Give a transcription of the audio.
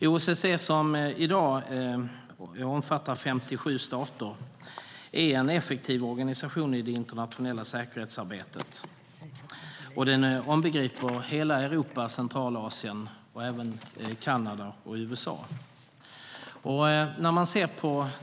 OSSE omfattar i dag 57 stater. Det är en effektiv organisation i det internationella säkerhetsarbetet, och den omfattar hela Europa, Centralasien, Kanada och USA.